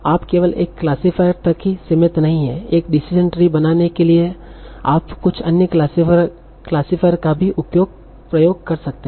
आप केवल एक क्लासिफायर तक ही सीमित नहीं हैं एक डिसीजन ट्री बनाने के लिए आप कुछ अन्य क्लासिफायर का भी प्रयोग कर सकते हैं